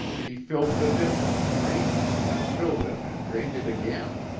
he filled the dipper, drained it, and filled it and drained it again.